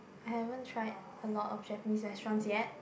I haven't tried a lot of Japanese restaurants yet